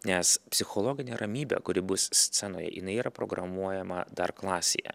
nes psichologinė ramybė kuri bus scenoje jinai yra programuojama dar klasėje